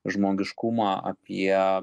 žmogiškumą apie